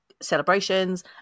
celebrations